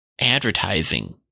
advertising